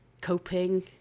coping